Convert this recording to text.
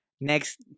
next